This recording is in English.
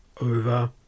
over